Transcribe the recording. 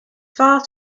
far